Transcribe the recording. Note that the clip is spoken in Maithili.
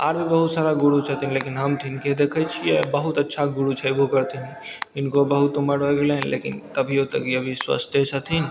आओर बहुत सारा गुरु छथिन लेकिन हम तऽ हिनके देखै छिए आओर बहुत अच्छा गुरु छै छेबो करथिन इनको बहुत उमरि हो गेलनि लेकिन अभिओ तक अभी ही स्वस्थे छथिन